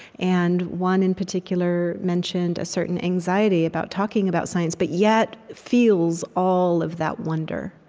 and one in particular mentioned a certain anxiety about talking about science, but yet, feels all of that wonder.